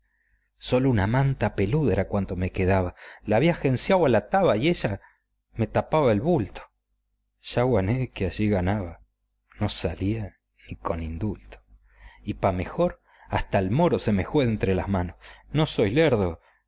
sólo una manta peluda era cuanto me quedaba la había agenciao a la tabla y ella me tapaba el bulto yaguané que allí ganaba no salía ni con indulto y pa mejor hasta el moro se me jue de entre las manos no soy lerdo